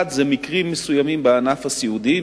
אחד זה מקרים מסוימים בענף הסיעודי,